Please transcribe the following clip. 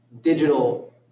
digital